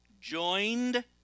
joined